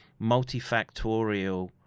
multifactorial